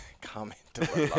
comment